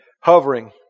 hovering